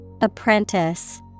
Apprentice